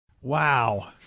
Wow